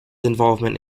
involvement